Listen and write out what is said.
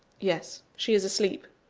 yes, she is asleep,